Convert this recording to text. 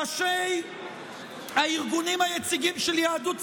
ראשי הארגונים היציגים של יהדות צרפת,